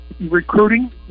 recruiting